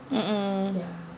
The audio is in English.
mm mm